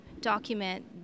document